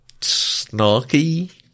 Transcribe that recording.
snarky